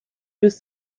bis